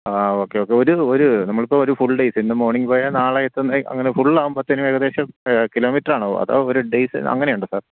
ആ ഓക്കെ ഒക്കെ ഒരു ഒരു നമ്മളിപ്പോൾ ഒരു ഫുള് ഡേയ്സ് ഇന്ന് മോണിങ്ങ് പോയാൽ നാളെ എത്തുന്ന അങ്ങനെ ഫുള് ആവുമ്പോഴത്തേനും ഏകദേശം കിലോമീറ്റര് ആണോ അതോ ഒരു ഡേയ്സിന് അങ്ങനെ ഉണ്ടോ സാര്